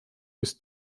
bis